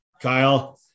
Kyle